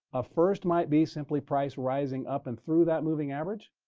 a first might be simply price rising up and through that moving average.